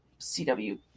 CW